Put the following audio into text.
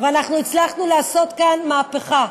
ואנחנו הצלחנו לעשות כאן מהפכה.